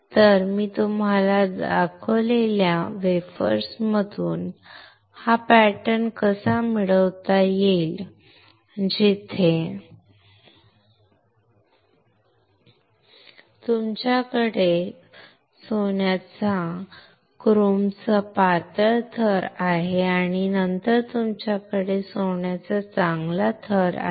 तर मी तुम्हाला दाखवलेल्या वेफरमधून हा पॅटर्न कसा मिळवता येईल जिथे तुमच्याकडे सोन्याचा क्रोमचा पातळ थर आहे आणि नंतर तुमच्याकडे सोन्याचा चांगला थर आहे